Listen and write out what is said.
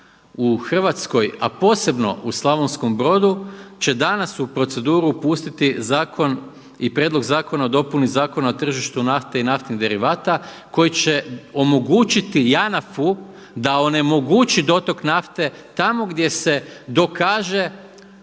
u Hrvatskoj a posebno u Slavonskom brodu će danas u proceduru pustiti Zakon i prijedlog zakona o dopuni Zakona o tržištu nafte i naftnih derivata koji će omogućiti JANAF-u da onemogući dotok nafte tamo gdje se dokaže